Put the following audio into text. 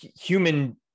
human